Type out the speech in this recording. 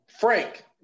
Frank